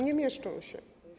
Nie mieszczą się.